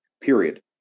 period